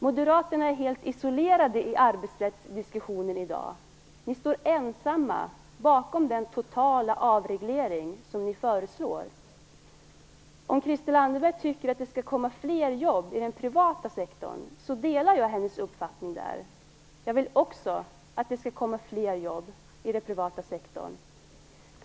Moderaterna är helt isolerade i arbetsrättsdiskussionen i dag. De står ensamma bakom den totala avreglering som de föreslår. Om Christel Anderberg tycker att det skall komma fler jobb i den privata sektorn, delar jag hennes uppfattning. Jag vill också att det skall komma fler jobb i den privata sektorn.